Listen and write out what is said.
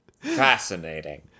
Fascinating